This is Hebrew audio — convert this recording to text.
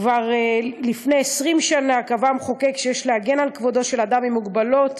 כבר לפני 20 שנה קבע המחוקק שיש להגן על כבודו של אדם עם מוגבלות,